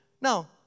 Now